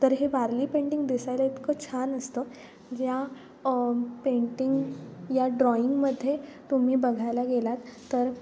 तर हे वारली पेंटिंग दिसायला इतकं छान असतं ज्या पेंटिंग या ड्रॉईंगमध्ये तुम्ही बघायला गेलात तर